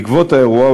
בעקבות האירוע,